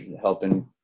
helping